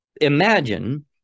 imagine